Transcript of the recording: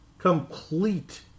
complete